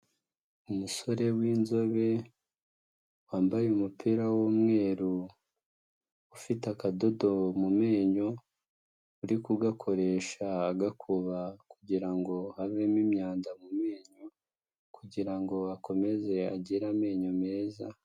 Umusore w'inzobe wambaye umupira w'umweru ufite akadodo mu menyo, uri kugakoresha agakuba kugirango havemo imyanda ku menyo kugira ngo akomeze agire amenyo meza.